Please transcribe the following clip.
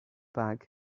bag